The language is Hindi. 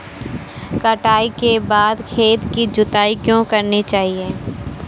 कटाई के बाद खेत की जुताई क्यो करनी चाहिए?